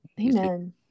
Amen